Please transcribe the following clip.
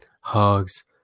hugs